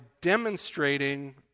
demonstrating